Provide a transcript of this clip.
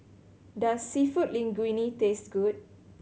does Seafood Linguine taste good